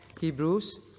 Hebrews